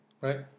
right